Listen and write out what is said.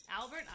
Albert